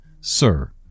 Sir